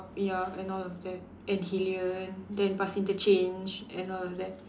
ya and all of that and Hillion then bus interchange and all of that